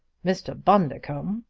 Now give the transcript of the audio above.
mr. bundercombe!